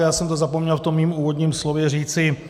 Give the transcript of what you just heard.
Já jsem to zapomněl v tom svém úvodním slově říci.